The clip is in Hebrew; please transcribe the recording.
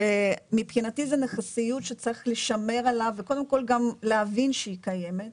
ומבחינתי זה נכסיות שצריך לשמר עליו וקודם כל גם להבין שהיא קיימת,